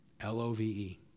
L-O-V-E